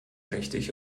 richtig